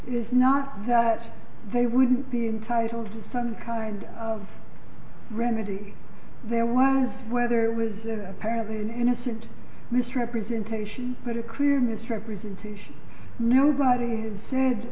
is not that they wouldn't be entitled to some kind of remedy there was whether it was apparently an innocent misrepresentation but a clear misrepresentation nobody